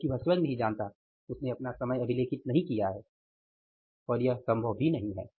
क्योंकि वह स्वयं नहीं जानता उसने अपना समय अभिलेखित नहीं किया है और यह संभव भी नहीं है